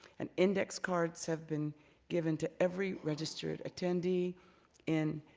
and index cards have been given to every registered attendee in